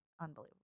unbelievable